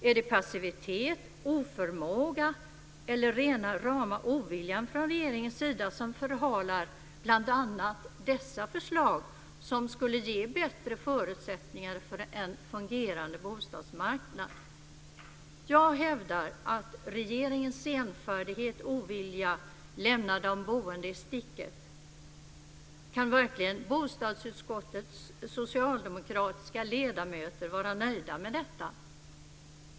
Är det passivitet, oförmåga eller rena rama oviljan från regeringens sida som förhalar bl.a. dessa förslag som skulle ge bättre förutsättningar för en fungerande bostadsmarknad? Jag hävdar att regeringens senfärdighet och ovilja lämnar de boende i sticket. Kan verkligen bostadsutskottets socialdemokratiska ledamöter vara nöjda med detta?